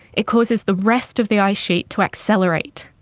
it causes the rest of the ice sheet to accelerate.